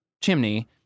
chimney